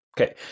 okay